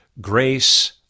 grace